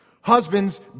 Husbands